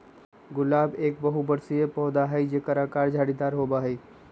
गुलाब एक बहुबर्षीय पौधा हई जेकर आकर झाड़ीदार होबा हई